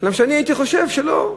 אני הייתי חושב שלא,